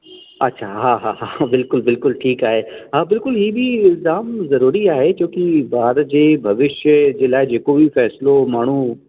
अच्छा हा हा बिल्कुलु बिल्कुलु ठीकु आहे हा बिल्कुलु इहो बि जाम ज़रूरी आहे छो की ॿार जे भविष्य जे लाइ जेको बि फ़ैसिलो माण्हू